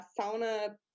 sauna